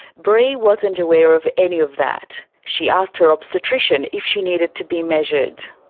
bree wasn't aware of any of that. she asked her obstetrician if she needed to be measured.